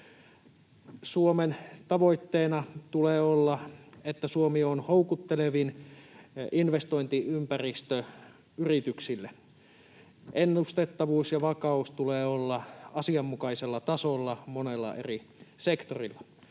Suomen tavoitteena tulee olla, että Suomi on houkuttelevin investointiympäristö yrityksille. Ennustettavuuden ja vakauden tulee olla asianmukaisella tasolla monella eri sektorilla.